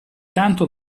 tanto